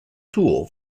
tool